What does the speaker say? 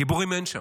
גיבורים אין שם.